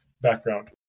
background